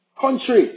Country